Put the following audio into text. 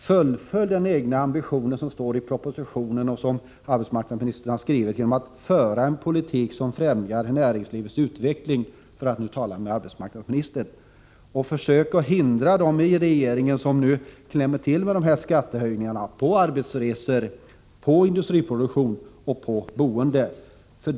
Mitt råd är att arbetsmarknadsministern skall fullfölja sin ambition som hon har skrivit om i propositionen genom att föra en politik som främjar näringslivets utveckling. Hon bör försöka hindra dem i regeringen som nu klämmer till med skattehöjningarna på arbetsresor, på industriproduktion och på boende.